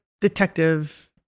detective